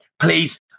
Please